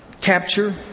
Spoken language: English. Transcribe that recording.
capture